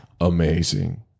Amazing